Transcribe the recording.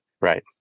Right